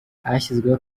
hashyizweho